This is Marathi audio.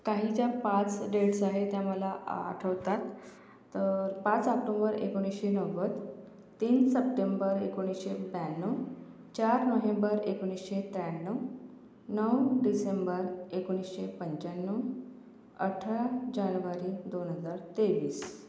काही ज्या पाच डेट्स आहे त्या मला आठवतात पाच आक्टोबर एकोणीसशे नव्वद तीन सप्टेंबर एकोणीसशे ब्याण्णव चार नोव्हेंबर एकोणीसशे त्र्याण्णव नऊ डिसेंबर एकोणीसशे पंच्याण्णव अठरा जानवरी दोन हजार तेवीस